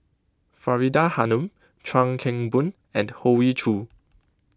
Faridah Hanum Chuan Keng Boon and Hoey Choo